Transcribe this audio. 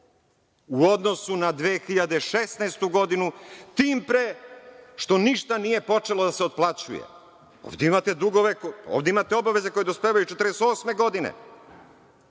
u odnosu na 2016. godinu tim pre što ništa nije počelo da se otplaćuje. Ovde imate obaveze koje dospevaju četrdeset